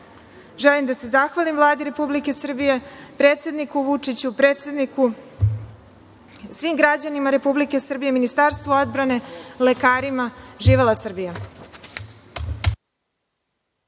krizu. Želim da se zahvalim Vladi Republike Srbije, predsedniku Vučiću, svim građanima Republike Srbije, Ministarstvu odbrane, lekarima. Živela Srbija!